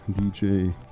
DJ